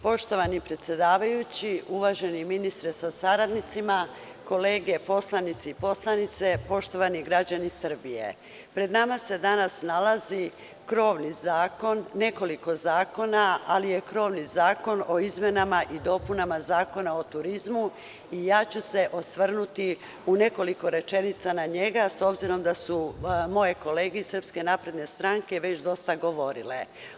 Poštovani predsedavajući, uvaženi ministre sa saradnicima, kolege poslanici i poslanice, poštovani građani Srbije, pred nama se danas nalazi krovni zakon, nekoliko zakona, ali je krovni zakon o izmenama i dopunama Zakona o turizmu i ja ću se osvrnuti u nekoliko rečenica na njega, s obzirom da su moje kolege iz SNS već dosta govorile.